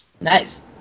Nice